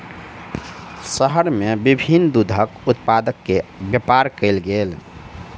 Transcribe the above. शहर में विभिन्न दूधक उत्पाद के व्यापार कयल गेल